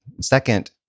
Second